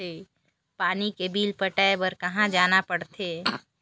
पानी के बिल पटाय बार कहा जाना पड़थे?